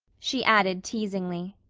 she added teasingly,